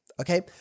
Okay